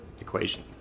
equation